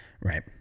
Right